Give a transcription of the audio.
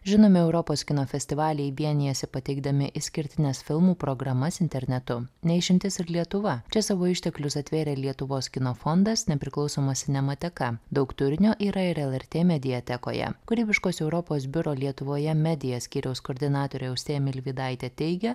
žinomi europos kino festivaliai vienijasi pateikdami išskirtines filmų programas internetu ne išimtis ir lietuva čia savo išteklius atvėrė lietuvos kino fondas nepriklausomas nemateka daug turinio yra ir lrt mediatekoje kūrybiškos europos biuro lietuvoje media skyriaus koordinatorė austėja milvydaitė teigia